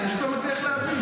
אני פשוט לא מצליח להבין.